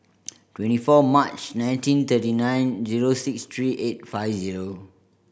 twenty four March nineteen thirty nine zero six three eight five zero